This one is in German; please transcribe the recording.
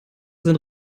sind